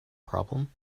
problem